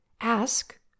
ask